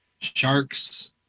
Sharks